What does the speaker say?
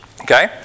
Okay